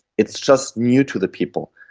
it's just new to the people.